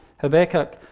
Habakkuk